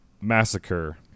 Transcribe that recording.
massacre